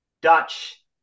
Dutch